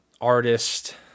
artist